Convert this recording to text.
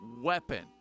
weapon